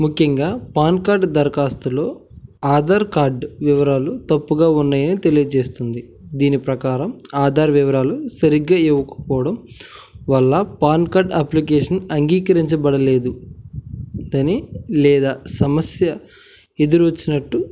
ముఖ్యంగా PAN card దరఖాస్తులో Aadhaar card వివరాలు తప్పుగా ఉన్నాయని తెలియజేస్తుంది దీని ప్రకారం ఆధార్ వివరాలు సరిగా ఇవ్వకపోవడం వల్ల పాన్ కార్డ్ అప్లికేషన్ అంగీకరించబడలేదు అని లేదా సమస్య ఎదురు వచ్చినట్లు